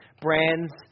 brands